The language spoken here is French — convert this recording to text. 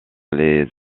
les